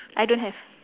I don't have